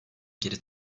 geri